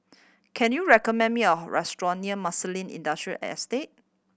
can you recommend me a restaurant near Marsiling Industrial Estate